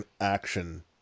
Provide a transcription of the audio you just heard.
action